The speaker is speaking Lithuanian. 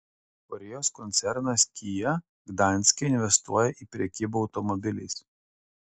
korėjos koncernas kia gdanske investuoja į prekybą automobiliais